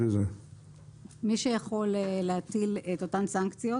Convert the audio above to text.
מי שיכול להטיל את אותן סנקציות